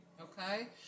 Okay